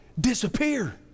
disappear